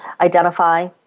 identify